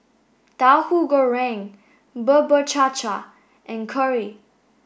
Tauhu Goreng Bubur Cha Cha and curry